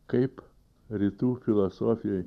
kaip rytų filosofijoj